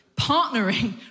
Partnering